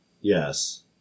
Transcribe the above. Yes